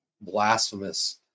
blasphemous